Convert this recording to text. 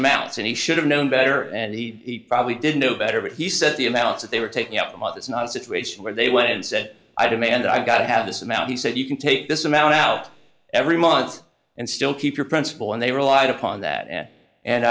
amounts and he should have known better and he probably did know better but he said the amounts that they were taking out well that's not a situation where they went in and said i demand i've got to have this amount he said you can take this amount out every month and still keep your principal and they relied upon that and